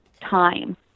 time